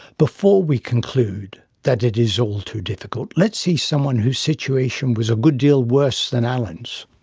before we conclude that it is all too difficult, let's see someone whose situation was a good deal worse than alan's.